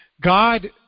God